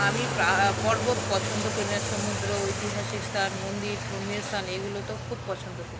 আমি পাহা পর্বত পছন্দ করি না সমুদ্র ঐতিহাসিক স্থান মন্দির ধর্মীয় স্থান এগুলো তো খুব পছন্দ করি